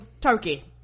turkey